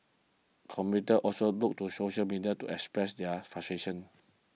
commuters also took to social media to express their frustration